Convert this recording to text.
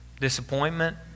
disappointment